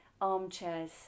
armchairs